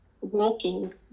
walking